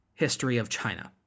HistoryOfChina